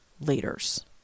leaders